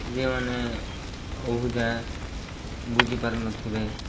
ଯେଉଁମାନେ ଅବୁଝା ବୁଝି ପାରୁନଥିବେ